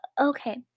okay